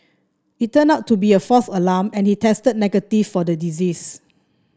it turned out to be a false alarm and he tested negative for the disease